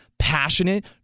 passionate